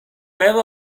pearl